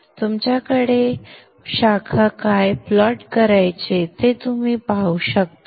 तुमच्याकडे शाखा काय प्लॉट करायचे ते तुम्ही येथे पाहू शकता